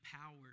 power